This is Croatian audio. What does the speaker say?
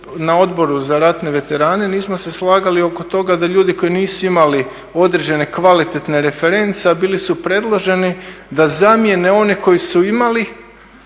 na Odboru za ratne veterane, nismo se slagali oko toga da ljudi koji nisu imali određene kvalitetne reference a bili su predloženi da zamjene one koji su imali,